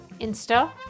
Insta